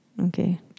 Okay